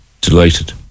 delighted